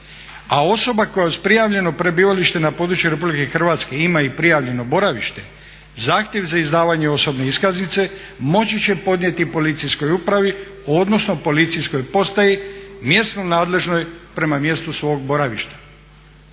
A osoba koja uz prijavljeno prebivalište na području Republike Hrvatske ima i prijavljeno boravište zahtjev za izdavanje osobne iskaznice moći će podnijeti policijskoj upravi, odnosno policijskoj postaji mjesno nadležnoj prema mjestu svog boravišta.